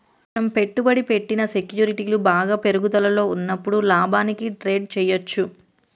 మనం పెట్టుబడి పెట్టిన సెక్యూరిటీలు బాగా పెరుగుదలలో ఉన్నప్పుడు లాభానికి ట్రేడ్ చేయ్యచ్చు